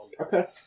Okay